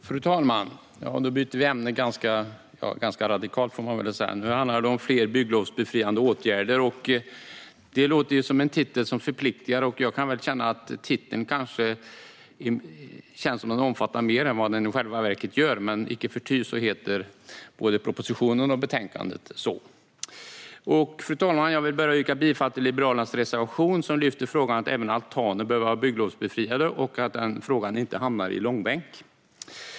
Fru talman! Nu byter vi ämne ganska radikalt, får man väl säga. Nu handlar det om fler bygglovsbefriade åtgärder. Det låter som en titel som förpliktar. Det känns som att titeln omfattar mer än vad den i själva verket gör. Men icke förty heter både propositionen och betänkandet så. Fru talman! Jag vill börja med att yrka bifall till Liberalernas reservation, som lyfter frågan om att även altaner bör vara bygglovsbefriade och att den frågan inte ska hamna i långbänk.